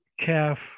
calf